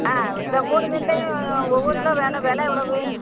ஆ இந்த மூணு மீன்லேயும் ஒவ்வொரு கிலோ வேணும் விலை எவ்வளவு